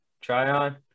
Tryon